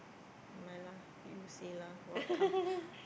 never mind lah you say lah what comes